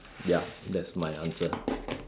ya that's my answer